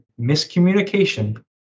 miscommunication